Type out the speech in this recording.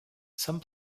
some